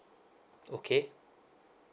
okay